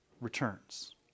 returns